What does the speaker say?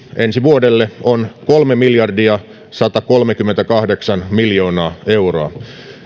ensi vuodelle on kolmemiljardiasatakolmekymmentäkahdeksanmiljoonaa euroa